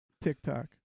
TikTok